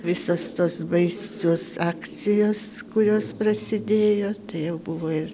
visos tos baisios akcijos kurios prasidėjo tai jau buvo ir